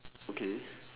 okay